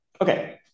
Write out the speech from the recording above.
Okay